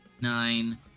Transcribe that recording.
nine